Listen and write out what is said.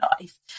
life